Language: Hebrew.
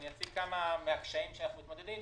אציג כמה מן הקשיים שאיתם אנחנו מתמודדים,